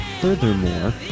Furthermore